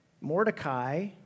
Mordecai